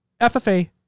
FFA